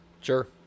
Sure